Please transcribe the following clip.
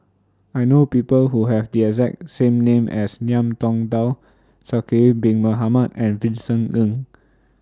I know People Who Have The exact same name as Ngiam Tong Dow Zulkifli Bin Mohamed and Vincent Ng